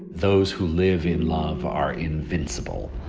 those who live in love are invincible